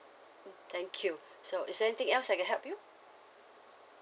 mm thank you so is there anything else I can help you